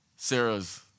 Sarah's